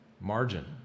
margin